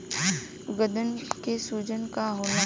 गदन के सूजन का होला?